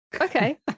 okay